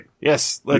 yes